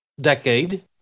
decade